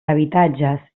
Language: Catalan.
habitatges